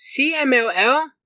CMLL